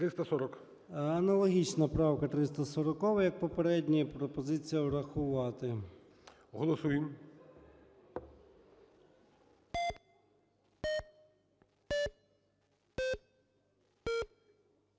Аналогічна правка 340, як попередні. Пропозиція врахувати. ГОЛОВУЮЧИЙ.